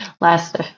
last